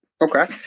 Okay